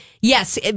Yes